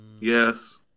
yes